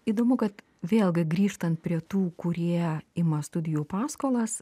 įdomu kad vėlgi grįžtant prie tų kurie ima studijų paskolas